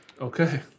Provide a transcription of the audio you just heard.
Okay